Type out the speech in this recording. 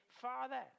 father